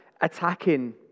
attacking